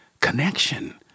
connection